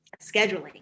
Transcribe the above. scheduling